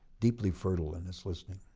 deeply fertile and is listening.